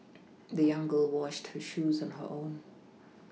the young girl washed her shoes on her own